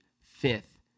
fifth